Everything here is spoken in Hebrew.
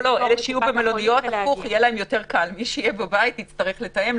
דווקא לאלה שיהיו במלוניות יהיה יותר קל והכול יהיה מתואם.